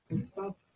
stop